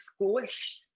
squished